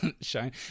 Shine